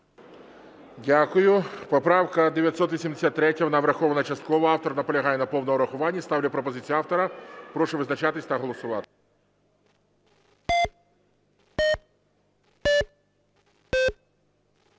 Дякую. Поправка 983, вона врахована частково, автор наполягає на повному врахуванні. Ставлю пропозицію автора. Прошу визначатись та голосувати.